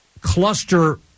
Cluster